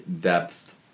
depth